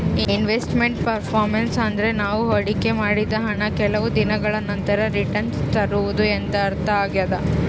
invest made performance ಅಂದ್ರೆ ನಾವು ಹೊಡಿಕೆ ಮಾಡಿದ ಹಣ ಕೆಲವು ದಿನಗಳ ನಂತರ ರಿಟನ್ಸ್ ತರುವುದು ಎಂದರ್ಥ ಆಗ್ಯಾದ